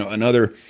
ah another.